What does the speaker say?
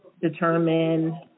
determine